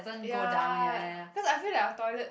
ya cause I feel that our toilet